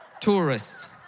Tourists